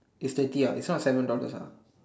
is thirty ah it's not seven dollars ah